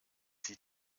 sie